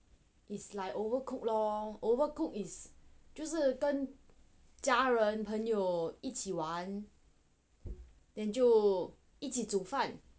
is like overcooked lor overcooked is 就是跟家人朋友一起玩 then 就一起煮饭